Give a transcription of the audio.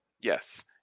Yes